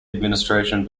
administration